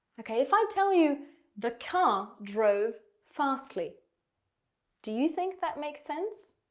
okay. if i tell you the car drove fastly do you think that makes sense?